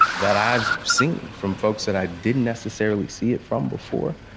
that i've seen from folks that i didn't necessarily see it from before.